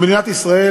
מדינת ישראל,